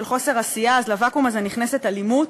חוסר עשייה אז לוואקום הזה נכנסת אלימות?